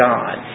God